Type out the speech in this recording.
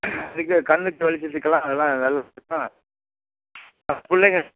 இதுக்கு கண்ணுக்கு வெளிச்சத்துக்கெல்லாம் அதெல்லாம் நல்லா இருக்கும் பிள்ளைங்க